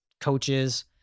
coaches